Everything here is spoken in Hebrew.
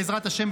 בעזרת השם,